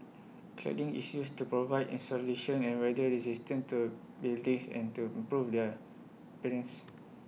cladding is used to provide insulation and weather resistance to buildings and to improve their appearance